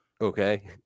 Okay